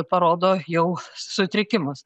parodo jau sutrikimus